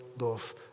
love